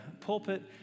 pulpit